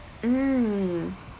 mm